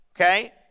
okay